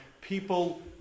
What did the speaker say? people